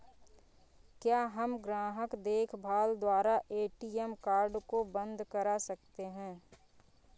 क्या हम ग्राहक देखभाल द्वारा ए.टी.एम कार्ड को बंद करा सकते हैं?